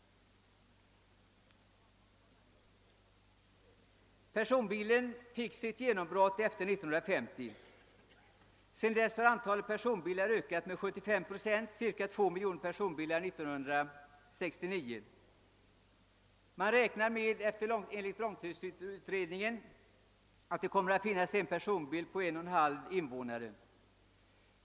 Personbilen fick sitt genombrott efter 1950. Sedan dess har antalet personbilar ökat med 75 procent. Det finns cirka 2 miljoner personbilar 1969. Man räknar enligt långtidsutredningen med att det kommer att finnas en personbil på en och en halv invånare om ett tjugotal år.